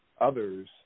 others